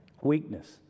Weakness